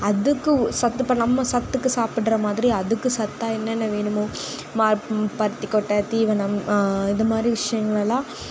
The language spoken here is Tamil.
அதுக்கு சத்து இப்போ நம்ம சத்துக்கு சாப்பிட்ற மாதிரி அதுக்கு சத்தாக என்னென்ன வேணுமோ மா பருத்தி கொட்டை தீவனம் இது மாதிரி விஷயங்களெல்லாம்